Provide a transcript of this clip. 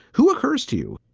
who are hers to you?